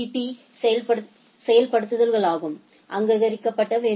பீசெயல்படுத்தல்களாலும் அங்கீகரிக்கப்பட வேண்டும்